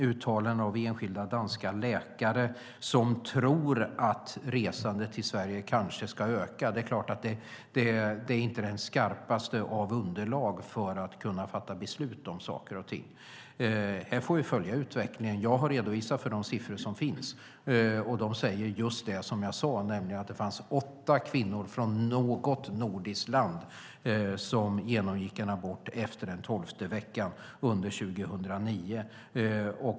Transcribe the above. Uttalanden av enskilda danska läkare som tror att resor till Sverige kanske ska öka är inte det skarpaste av underlag för att fatta beslut om saker och ting. Här får vi följa utvecklingen. Jag har redovisat de siffror som finns, och de säger just det jag sade: Det fanns åtta kvinnor från något nordiskt land som genomgick en abort efter den tolfte veckan under 2009.